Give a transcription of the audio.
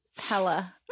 Hella